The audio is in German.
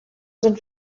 sind